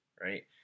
right